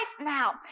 now